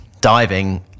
diving